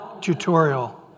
tutorial